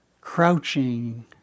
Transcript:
crouching